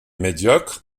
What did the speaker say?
médiocre